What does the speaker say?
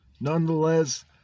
Nonetheless